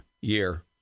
year